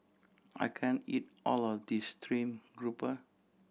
I can't eat all of this stream grouper